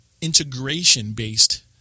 integration-based